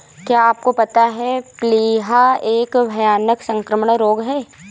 क्या आपको पता है प्लीहा एक भयानक संक्रामक रोग है?